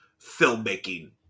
filmmaking